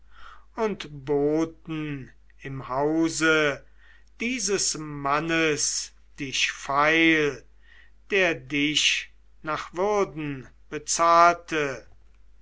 und boten im hause dieses mannes dich feil der dich nach würden bezahlte